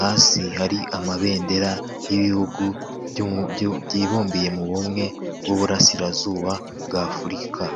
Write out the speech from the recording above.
Hasi hari amabendera y'ibihugu byibumbiye mu bumwe bw'burasirazuba bw'Afurika.